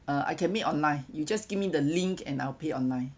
uh I can make online you just give me the link and I'll pay online